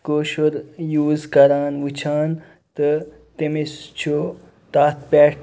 کٲشُر use کران وٕچھان تہٕ تٔمِس چھُ تَتھ پٮ۪ٹھ